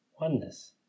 oneness